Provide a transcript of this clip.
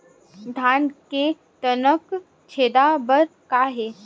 धान के तनक छेदा बर का हे?